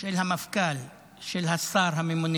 של המפכ"ל ושל השר הממונה